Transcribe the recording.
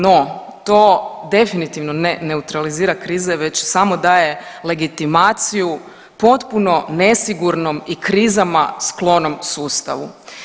No, to definitivno ne neutralizira krize već samo daje legitimaciju potpuno nesigurnom i krizama sklonom sustavu.